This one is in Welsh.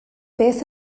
beth